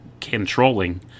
controlling